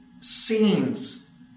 scenes